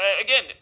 again